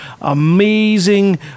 amazing